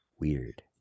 weird